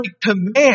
command